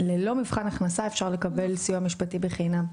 ללא מבחן הכנסה אפשר לקבל סיוע משפטי בחינם.